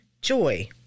joy